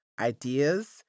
ideas